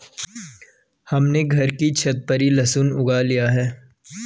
हमने घर की छत पर ही लहसुन उगा लिए हैं